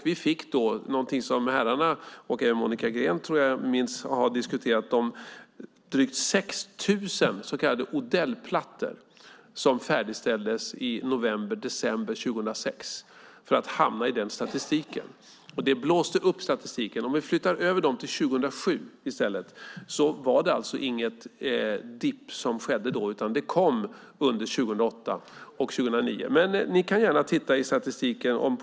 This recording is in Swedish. Vi fick då någonting som jag tror att herrarna, och även Monica Green, minns och har diskuterat, nämligen de drygt 6 000 så kallade Odellplattor som färdigställdes i november-december 2006 för att hamna i den statistiken. Det blåste upp statistiken. Om vi flyttar över dem till 2007 i stället var det alltså ingen dip som skedde då, utan den kom under 2008 och 2009. Ni kan gärna titta i statistiken.